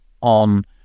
on